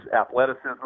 athleticism